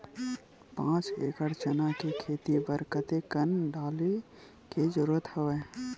पांच एकड़ चना के खेती बर कते कन डाले के जरूरत हवय?